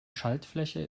schaltfläche